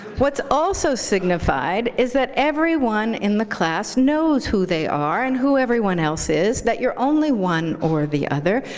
what's also signified is that everyone in the class knows who they are and who everyone else is, that you're only one or the other,